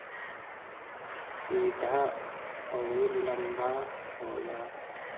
सीधा अउर लंबा होला